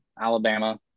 Alabama